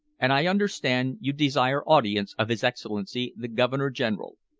and i understand you desire audience of his excellency, the governor-general.